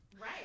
right